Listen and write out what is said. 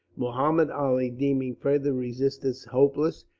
muhammud ali, deeming further resistance hopeless,